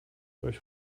euch